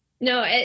No